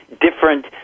different